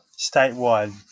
statewide